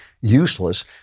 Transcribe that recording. useless